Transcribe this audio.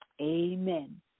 Amen